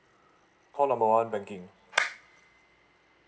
call number one banking